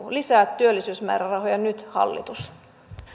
lisää työllisyysmäärärahoja nyt hallitus